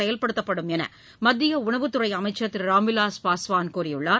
செயல்படுத்தப்படும் என்று மத்திய உணவுத் துறை அமைச்சர் திரு ராம்விலாஸ் பாஸ்வான் கூறியுள்ளார்